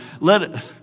Let